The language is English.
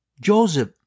Joseph